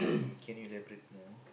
can you elaborate more